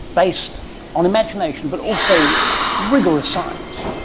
based on imagination but also rigorous science,